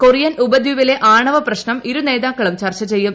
Korean ഉപദ്വീപിലെ ആണവ പ്രശ്നം ഇരുനേതാക്കളും ചർച്ച ചെയ്യും